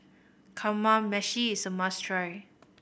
Kamameshi is a must try